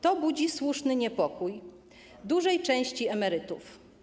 To budzi słuszny niepokój dużej części emerytów.